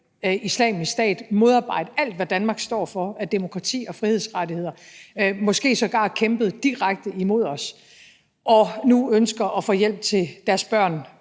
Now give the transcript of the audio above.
Islamisk Stat, modarbejde alt, hvad Danmark står for af demokrati og frihedsrettigheder, måske sågar har kæmpet direkte imod os og nu ønsker at få hjælp til deres børn.